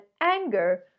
anger